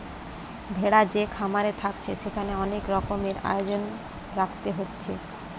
ভেড়া যে খামারে থাকছে সেখানে অনেক রকমের আয়োজন রাখতে হচ্ছে